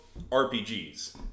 RPGs